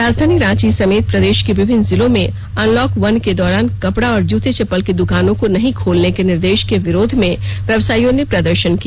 राजधानी रांची समेत प्रदेश के विभिन्न जिलों में अनलॉक वन के दौरान कपड़ा और जुते चप्पल की दृकानों को नहीं खोलने के निर्देश के विरोध में व्यवसायियों ने प्रदर्शन किया